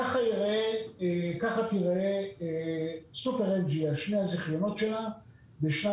כך תראה סופר NG על שני הזיכיונות שלה בשנת